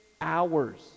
hours